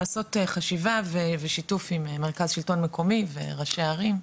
לעשות חשיבה ושיתוף עם מרכז שלטון מקומי וראשי הערים.